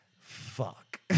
fuck